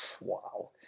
Wow